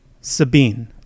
Sabine